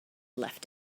left